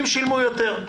אתה